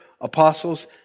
apostles